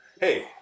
Hey